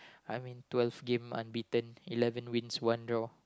I mean twelve game unbeaten eleven wins one draw